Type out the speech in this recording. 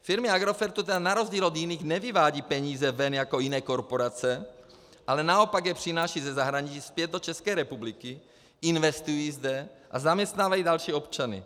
Firmy Agrofertu na rozdíl od jiných nevyvádějí peníze ven jako jiné korporace, ale naopak je přinášejí ze zahraničí zpět do České republiky, investují zde a zaměstnávají další občany.